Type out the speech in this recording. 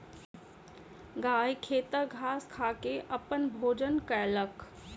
गाय खेतक घास खा के अपन भोजन कयलक